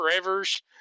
forevers